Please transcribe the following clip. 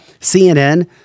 CNN